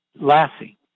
Lassie